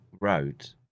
wrote